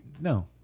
No